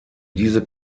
diese